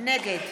נגד